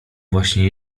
właśnie